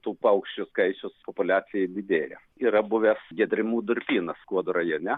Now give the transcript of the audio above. tų paukščių skaičius populiacija didėja yra buvęs giedrimų durpynas skuodo rajone